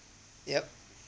yeah